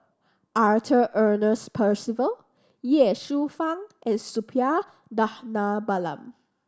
Arthur Ernest Percival Ye Shufang and Suppiah Dhanabalan